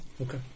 Okay